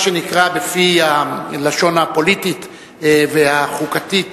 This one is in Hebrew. מה שנקרא בפי הלשון הפוליטית והחוקתית,